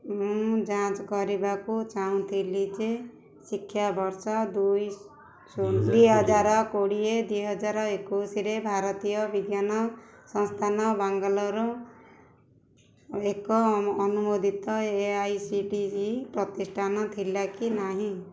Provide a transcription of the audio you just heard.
ମୁଁ ଯାଞ୍ଚ କରିବାକୁ ଚାହୁଁଥିଲି ଯେ ଶିକ୍ଷାବର୍ଷ ଦୁଇ ଦୁଇ ହଜାର କୋଡ଼ିଏ ଦୁଇ ହଜାର ଏକୋଇଶରେ ଭାରତୀୟ ବିଜ୍ଞାନ ସଂସ୍ଥାନ ବାଙ୍ଗାଲୋର ଏକ ଅନୁମୋଦିତ A I C T E ପ୍ରତିଷ୍ଠାନ ଥିଲା କି ନାହିଁ